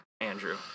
Andrew